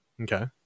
Okay